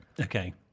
Okay